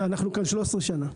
אנחנו כאן 13 שנה.